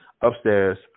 upstairs